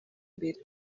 imbere